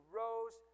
rose